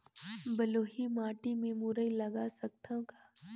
बलुही माटी मे मुरई लगा सकथव का?